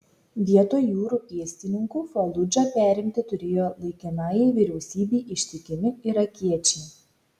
vietoj jūrų pėstininkų faludžą perimti turėjo laikinajai vyriausybei ištikimi irakiečiai